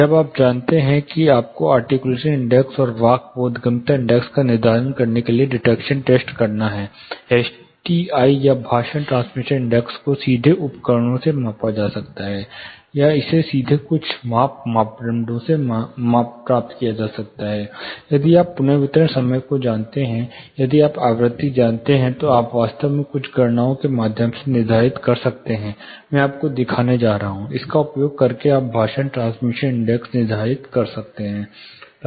जब आप जानते हैं कि आपको आर्टिक्यूलेशन इंडेक्स और वाक बोधगम्यता इंडेक्स का निर्धारण करने के लिए डिक्टेशन टेस्ट करना है एसटीआई या भाषण ट्रांसमिशन इंडेक्स को सीधे उपकरणों से मापा जा सकता है या इसे सीधे कुछ माप मापदंडों से प्राप्त किया जा सकता है यदि आप पुनर्वितरण के समय को जानते हैं यदि आप आवृत्ति जानते हैं तो आप वास्तव में कुछ गणनाओं के माध्यम से निर्धारित कर सकते हैं मैं आपको दिखाने जा रहा हूं इसका उपयोग करके आप भाषण ट्रांसमिशन इंडेक्स निर्धारित कर सकते हैं